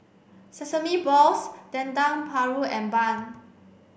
sesame balls Dendeng Paru and bun